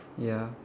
ya